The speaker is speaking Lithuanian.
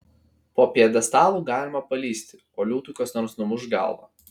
po pjedestalu galima palįsti o liūtui kas nors numuš galvą